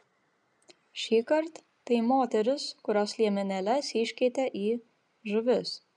šįkart tai moterys kurios liemenėles iškeitė į žuvis